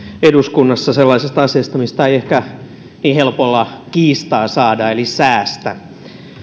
eduskunnassa sellaisesta asiasta mistä ei ehkä niin helpolla kiistaa saada eli säästä